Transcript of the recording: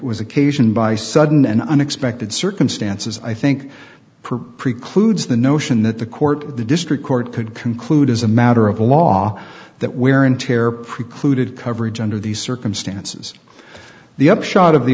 was occasioned by sudden and unexpected circumstances i think precludes the notion that the court the district court could conclude as a matter of law that wear and tear precluded coverage under these circumstances the upshot of the